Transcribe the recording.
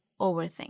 overthink